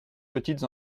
petites